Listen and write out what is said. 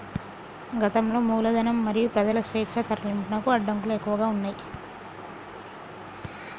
గతంలో మూలధనం మరియు ప్రజల స్వేచ్ఛా తరలింపునకు అడ్డంకులు ఎక్కువగా ఉన్నయ్